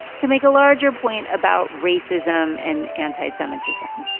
to make a larger point about racism and anti-semitism.